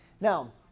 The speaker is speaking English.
Now